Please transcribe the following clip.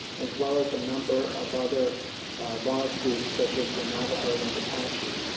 as well as a number of other large groups, such as the navajo and apache,